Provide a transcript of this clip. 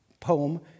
poem